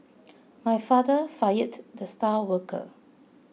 my father fired the star worker